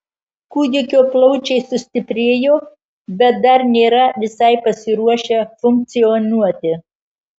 kūdikio plaučiai sustiprėjo bet dar nėra visai pasiruošę funkcionuoti